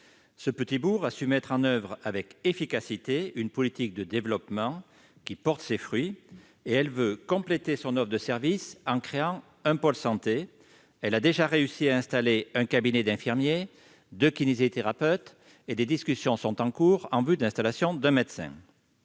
Ce petit bourg a su mettre en oeuvre, avec efficacité, une politique de développement qui porte ses fruits et il veut compléter son offre de services en créant un pôle santé. Il a déjà réussi à installer un cabinet d'infirmiers, de kinésithérapeutes et des discussions sont en cours en vue de l'installation d'un médecin.